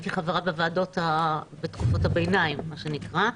הייתי חברה בוועדות בתקופות הביניים, מה שנקרא.